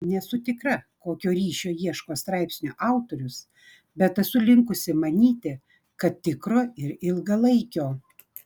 nesu tikra kokio ryšio ieško straipsnio autorius bet esu linkusi manyti kad tikro ir ilgalaikio